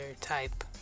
type